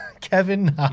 Kevin